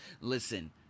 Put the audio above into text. Listen